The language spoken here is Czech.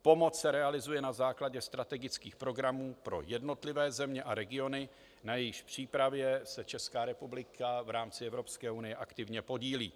Pomoc se realizuje na základě strategických programů pro jednotlivé země a regiony, na jejichž přípravě se Česká republika v rámci Evropské unie aktivně podílí.